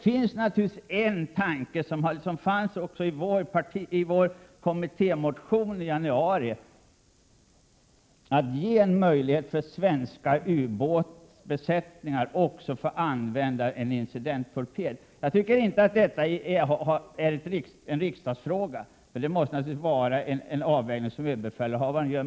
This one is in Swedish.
En tanke som fanns med i vår kommittémotion från januari är att ge en möjlighet för svenska ubåtsbesättningar att använda incidenttorped. Jag tycker i och för sig inte detta är en riksdagsfråga, det bör i första hand vara en avvägning som ÖB gör.